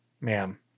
ma'am